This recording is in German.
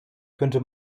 könnte